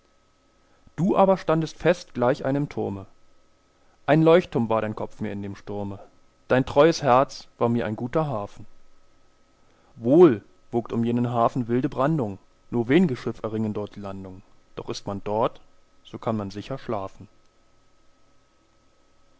du aber standest fest gleich einem turme ein leuchtturm war dein kopf mir in dem sturme dein treues herz war mir ein guter hafen wohl wogt um jenen hafen wilde brandung nur wen'ge schiff erringen dort die landung doch ist man dort so kann man sicher schlafen